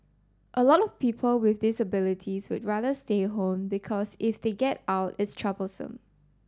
a lot of people with disabilities would rather stay home because if they get out it's troublesome